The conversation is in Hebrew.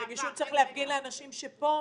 את הרגישות צריך להפגין לאנשים שפה,